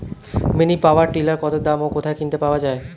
Mini power tiller কত দাম ও কোথায় কিনতে পাওয়া যায়?